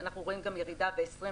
אנחנו רואים ירידה גם ב-2020.